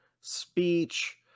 speech